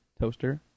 toaster